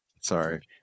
Sorry